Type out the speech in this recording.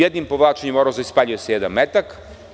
Jednim povlačenjem oroza ispaljuje se jedan metak.